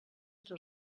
entre